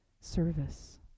Service